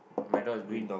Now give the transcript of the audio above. my door is green